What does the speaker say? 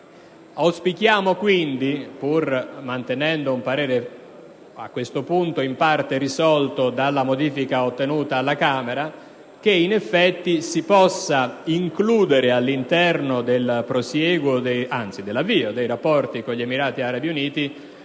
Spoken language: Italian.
Auspichiamo, quindi, pur mantenendo il nostro parere, a questo punto in parte risolto dalla modifica ottenuta alla Camera, che si possa includere all'interno dell'avvio dei rapporti con gli Emirati Arabi Uniti